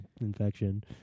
infection